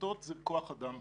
מיטות זה כוח אדם בעצם.